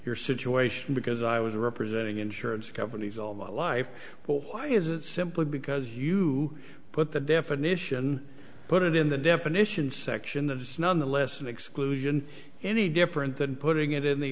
your situation because i was representing insurance companies all my life but why is it simply because you put the definition put it in the definition section that it's none the less an exclusion any different than putting it in the